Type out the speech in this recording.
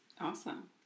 awesome